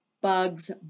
Bugs